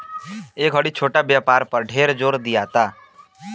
ए घड़ी छोट व्यापार पर ढेर जोर दियाता